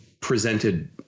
presented